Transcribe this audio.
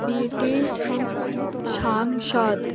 British সাংসদ